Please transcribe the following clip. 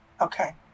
Okay